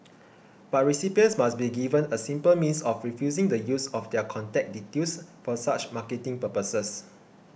but recipients must be given a simple means of refusing the use of their contact details for such marketing purposes